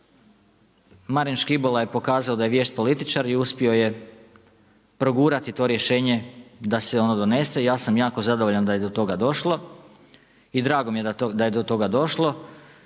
Marin Škibola je pokazao da je vješt političar i uspio je progurati to rješenje, da se ono donese i ja sam jako zadovoljan da je do toga došlo i drago mi je da je do toga došlo